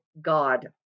God